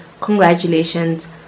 Congratulations